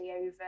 over